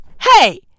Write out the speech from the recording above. Hey